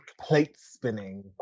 plate-spinning